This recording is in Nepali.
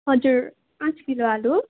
हजुर पाँच किलो आलु